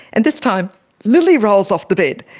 and this time lily rolls off the bed,